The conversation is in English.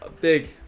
big